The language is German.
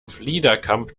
fliederkamp